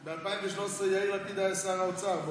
ב-2013 יאיר לפיד היה שר האוצר.